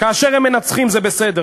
כאשר הם מנצחים זה בסדר,